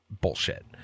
bullshit